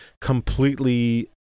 completely